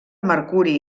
mercuri